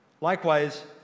Likewise